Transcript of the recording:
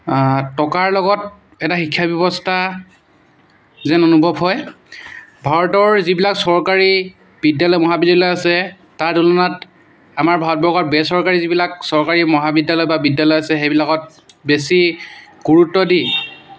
টকাৰ লগত এটা শিক্ষা ব্যৱস্থা যেন অনুভৱ হয় ভাৰতৰ যিবিলাক চৰকাৰী বিদ্যালয় মহাবিদ্যালয় আছে তাৰ তুলনাত আমাৰ ভাৰতবৰ্ষৰ বেচৰকাৰী যিবিলাক চৰকাৰী মহাবিদ্যালয় বা বিদ্যালয় আছে সেইবিলাকত বেছি গুৰুত্ব দি